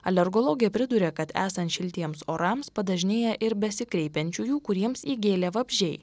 alergologė priduria kad esant šiltiems orams padažnėja ir besikreipiančiųjų kuriems įgėlė vabzdžiai